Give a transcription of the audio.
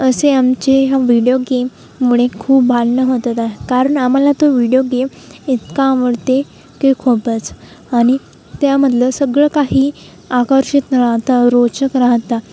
असे आमचे ह्या व्हिडिओ गेम मुळे खूप भांडणं होत होतात कारण आम्हाला तो व्हिडिओ गेम इतका आवडते की खूपच आणि त्यामधलं सगळं काही आकर्षित राहतं रोचक राहतं